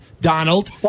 Donald